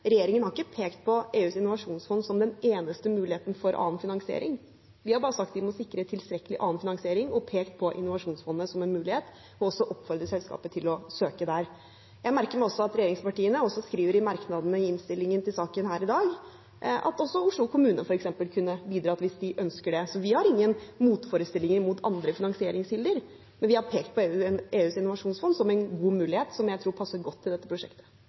regjeringen har ikke pekt på EUs innovasjonsfond som den eneste muligheten for annen finansiering. Vi har bare sagt at vi må sikre tilstrekkelig annen finansiering, pekt på innovasjonsfondet som en mulighet og også oppfordret selskapet til å søke der. Jeg merker meg at regjeringspartiene skriver i merknadene i innstillingen til saken her i dag at også Oslo kommune, f.eks., kan bidra hvis de ønsker det. Vi har ingen motforestillinger mot andre finansieringskilder, men vi har pekt på EUs innovasjonsfond som en god mulighet som jeg tror passer godt til dette prosjektet.